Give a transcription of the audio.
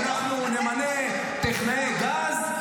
נמנה טכנאי גז,